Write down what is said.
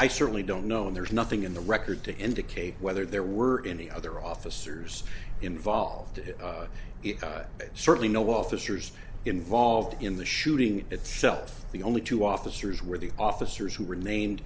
i certainly don't know and there's nothing in the record to indicate whether there were any other officers involved in it but certainly no officers involved in the shooting itself the only two officers were the officers who remained